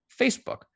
Facebook